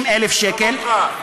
60,000 שקל,